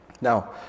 Now